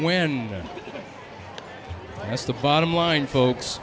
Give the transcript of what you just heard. and that's the bottom line folks